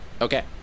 Okay